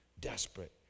desperate